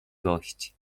gość